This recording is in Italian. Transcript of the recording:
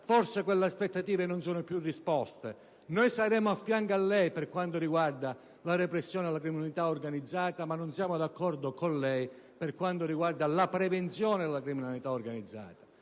forse queste aspettative non trovano più risposta. Noi saremo al suo fianco per quanto riguarda la repressione della criminalità organizzata, ma non siamo d'accordo con lei per quanto riguarda la prevenzione del fenomeno della criminalità organizzata.